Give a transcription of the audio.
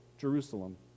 Jerusalem